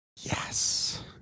Yes